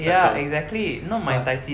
ya exactly not my tai ji